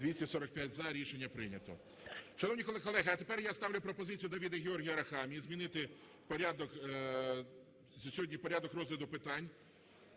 За-245 Рішення прийнято. Шановні колеги, а тепер я ставлю пропозицію Давида Георгійовича Арахамії змінити сьогодні порядок розгляду питань